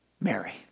Mary